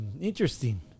Interesting